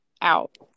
out